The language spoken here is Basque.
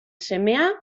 semea